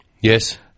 Yes